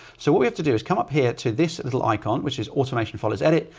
so what we have to do is come up here to this little icon which is automation follows edit,